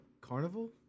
carnival